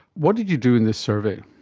what did you do in this survey?